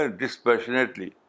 dispassionately